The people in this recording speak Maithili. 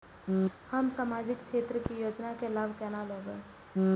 हम सामाजिक क्षेत्र के योजना के लाभ केना लेब?